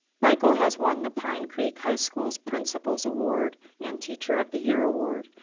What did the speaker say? michael has won the pine creek high school's principals award and teacher of the year award.